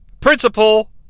Principal